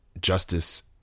justice